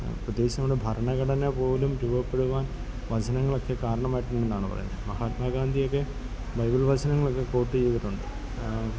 പ്രത്യേകിച്ച് നമ്മുടെ ഭരണഘടന പോലും രൂപപ്പെടുവാൻ വചനങ്ങളൊക്കെ കാരണമായിട്ടുണ്ടെന്നാണ് പറയുന്നത് മഹാത്മാഗാന്ധിയൊക്കെ ബൈബിൾ വചനങ്ങളൊക്കെ കോപ്പി ചെയ്തിട്ടുണ്ട്